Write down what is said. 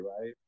right